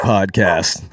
Podcast